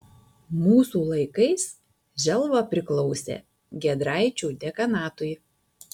mūsų laikais želva priklausė giedraičių dekanatui